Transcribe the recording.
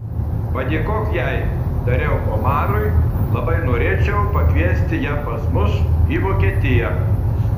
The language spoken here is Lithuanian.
padėkok jai tariau omarui labai norėčiau pakviesti ją pas mus į vokietiją